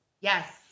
Yes